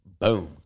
boom